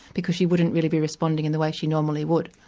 because she wouldn't really be responding in the way she normally would.